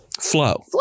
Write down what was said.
flow